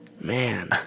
Man